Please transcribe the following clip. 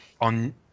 on